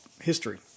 history